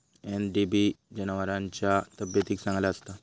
NDBB जनावरांच्या तब्येतीक चांगला असता